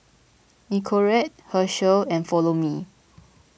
Nicorette Herschel and Follow Me